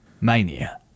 Mania